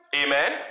Amen